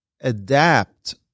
adapt